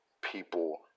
people